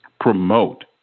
promote